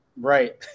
Right